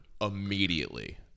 immediately